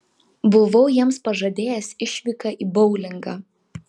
buvau jiems pažadėjęs išvyką į boulingą